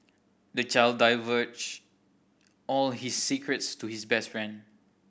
the child divulged all his secrets to his best friend